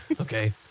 Okay